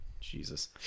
Jesus